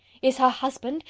is her husband,